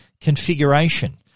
configuration